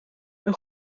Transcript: een